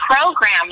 programming